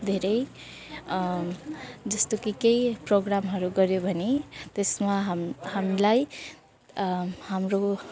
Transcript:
धेरै जस्तो कि केही प्रोग्रामहरू गर्यो भने त्यसमा हामी हामीलाई हाम्रो